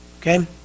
okay